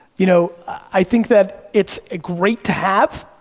you know, i think that it's a great to have,